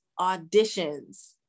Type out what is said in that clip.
auditions